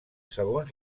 segons